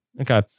Okay